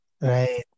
Right